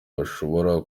bashobora